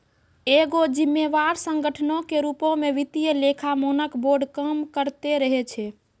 एगो जिम्मेवार संगठनो के रुपो मे वित्तीय लेखा मानक बोर्ड काम करते रहै छै